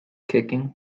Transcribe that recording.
kicking